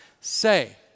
say